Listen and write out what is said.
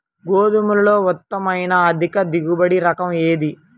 గోధుమలలో ఉత్తమమైన అధిక దిగుబడి రకం ఏది?